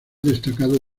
destacado